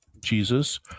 Jesus